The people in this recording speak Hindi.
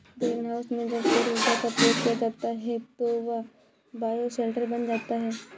ग्रीन हाउस में जब सौर ऊर्जा का प्रयोग किया जाता है तो वह बायोशेल्टर बन जाता है